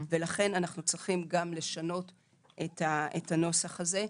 לכן עלינו לשנות את הנוסח הזה.